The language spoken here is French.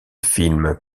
film